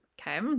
Okay